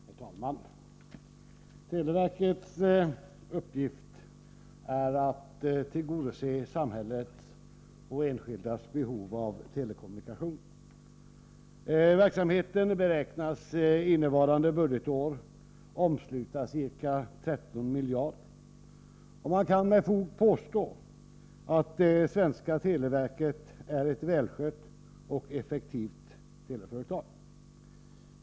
Herr talman! Televerkets uppgift är att tillgodose samhällets och enskildas behov av telekommunikationer. Verksamheten beräknas innevarande budgetår omsluta ca 13 miljarder. Man kan med fog påstå att det svenska televerket är ett välskött och effektivt teleföretag.